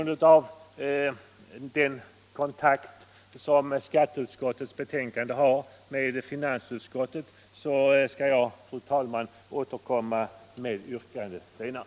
Det samband som skatteutskottets betänkande har med finansutskottets framgår av den gemensamma överläggningen, men jag får, fru talman, återkomma med yrkanden senare.